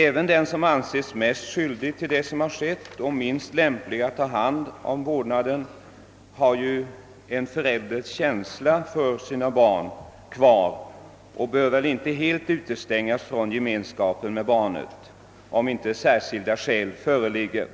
även den som anses mest skyldig till det som har skett och minst lämplig att ta hand om barnet har ju en föräldrakänsla för sitt barn kvar och bör väl inte helt utestängas från gemenskapen med barnet, om inte särskilda skäl föreligger.